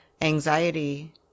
anxiety